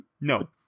No